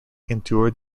endured